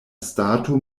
stato